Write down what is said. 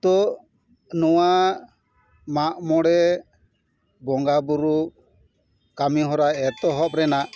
ᱛᱚ ᱱᱚᱣᱟ ᱢᱟᱜ ᱢᱚᱬᱮ ᱵᱚᱸᱜᱟ ᱵᱳᱨᱳ ᱠᱟᱹᱢᱤ ᱦᱚᱨᱟ ᱮᱛᱚᱦᱚᱵ ᱨᱮᱱᱟᱜ